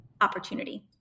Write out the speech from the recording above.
opportunity